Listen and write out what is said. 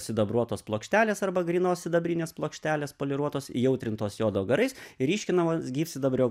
sidabruotos plokštelės arba grynos sidabrinės plokštelės poliruotos įjautrintos jodo garais ryškinamas gyvsidabrio